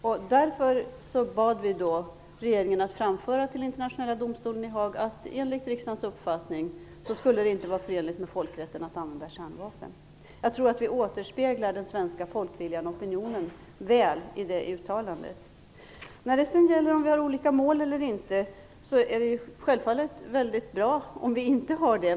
Därför bad vi regeringen framföra till Internationella domstolen i Haag att enligt riksdagens uppfattning skulle det inte vara förenligt med folkrätten att använda kärnvapen. Jag tror att vi återspeglar den svenska folkviljan och opinionen väl i det uttalandet. När det sedan gäller om vi har olika mål eller inte, är det självfallet väldigt bra om vi inte har det.